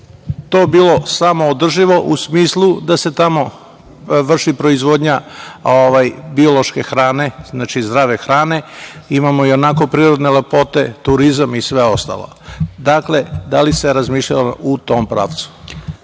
to bilo samoodrživo u smislu da se tamo vrši proizvodnja biološke hrane, zdrave hrane. Imamo ionako prirodne lepote, turizam i sve ostalo. Dakle, da li se razmišljalo u tom pravcu?